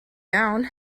down